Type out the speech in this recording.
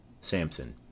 Samson